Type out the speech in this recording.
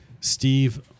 steve